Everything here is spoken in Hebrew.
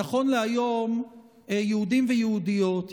נכון להיום יהודים ויהודיות,